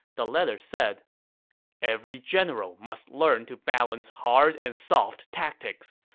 the letter said every general must learn to balance hard and soft tactics.